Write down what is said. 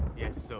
yes, so